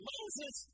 Moses